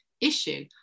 issue